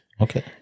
Okay